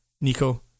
Nico